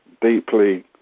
deeply